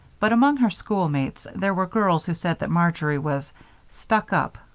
but among her schoolmates there were girls who said that marjory was stuck-up,